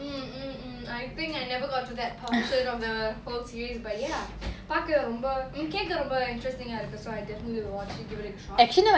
mm mm mm I think I never got to that portion of the whole series but ya பாக்க ரொம்ப:paaka romba mm கேக்க ரொம்ப:keka romba interesting ah இருக்கு:iruku so I definitely will watch and give it a shot